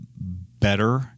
better